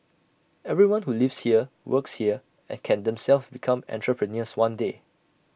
everyone who lives here works here and can themselves become entrepreneurs one day